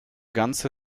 ganze